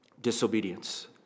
disobedience